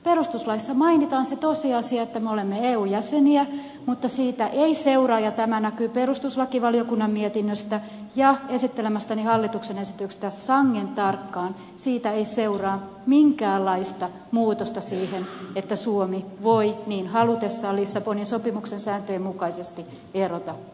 perustuslaissa mainitaan se tosiasia että me olemme eun jäseniä mutta siitä ei seuraa ja tämä näkyy perustuslakivaliokunnan mietinnöstä ja esittelemästäni hallituksen esityksestä sangen tarkkaan minkäänlaista muutosta siihen että suomi voi niin halutessaan lissabonin sopimuksen sääntöjen mukaisesti erota eusta